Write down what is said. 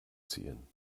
ziehen